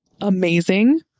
amazing